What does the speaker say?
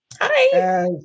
Hi